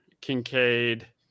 Kincaid